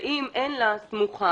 ואם אין לה סמוכה